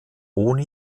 ohne